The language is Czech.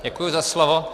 Děkuji za slovo.